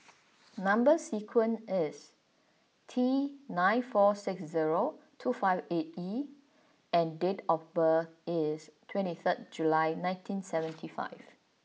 number sequence is T nine four six zero two five eight E and date of birth is twenty third July nineteen seventy five